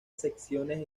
secciones